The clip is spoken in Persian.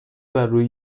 برروی